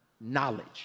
knowledge